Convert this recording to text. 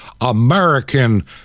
American